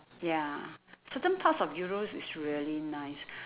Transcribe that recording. ya certain parts of europe is really nice